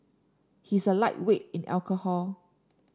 he is a lightweight in alcohol